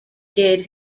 did